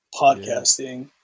podcasting